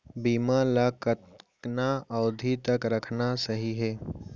बीमा ल कतना अवधि तक रखना सही हे?